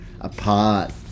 apart